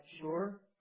sure